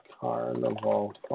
Carnival